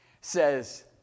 says